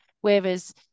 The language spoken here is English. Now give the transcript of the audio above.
Whereas